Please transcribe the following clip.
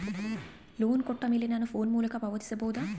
Loan ಕೊಟ್ಟ ಮೇಲೆ ನಾನು ಫೋನ್ ಮೂಲಕ ಪಾವತಿಸಬಹುದಾ?